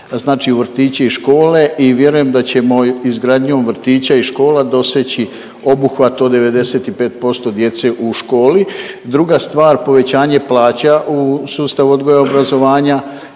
znači u vrtići i škole i vjerujem da ćemo i izgradnjom vrtića i škola doseći obuhvat od 95% djece u školi. Druga stvar, povećanje plaća u sustavu odgoja i obrazovanja.